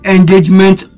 Engagement